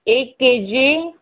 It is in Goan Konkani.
एक केजी